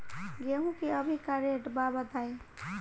गेहूं के अभी का रेट बा बताई?